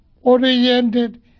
oriented